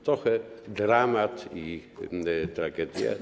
Trochę dramat i tragedia.